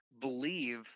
believe